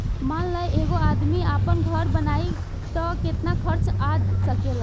मान ल एगो आदमी आपन घर बनाइ त केतना खर्च आ सकेला